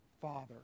Father